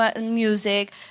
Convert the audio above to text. music